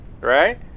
right